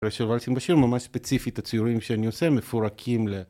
רשוואלסים בשיר, ממש ספציפית, הציורים שאני עושה מפורקים ל...